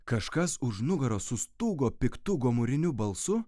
kažkas už nugaros sustūgo piktu gomuriniu balsu